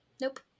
nope